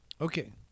Okay